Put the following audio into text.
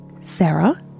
Sarah